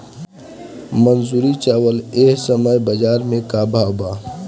मंसूरी चावल एह समय बजार में का भाव बा?